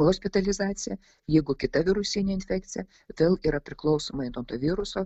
hospitalizacija jeigu kita virusinė infekcija vėl yra priklausomai nuo to viruso